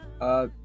Uh-